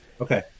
Okay